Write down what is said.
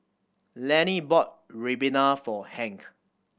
Lannie bought ribena for Hank